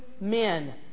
men